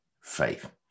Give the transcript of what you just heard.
faith